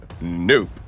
nope